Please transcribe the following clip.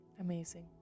Amazing